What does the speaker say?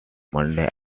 monday